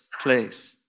place